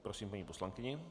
Prosím paní poslankyni.